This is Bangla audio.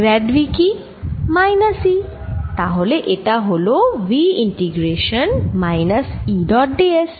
গ্র্যাড V কি মাইনাস E তাহলে এটা হল V integration minus E dot d s